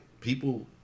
people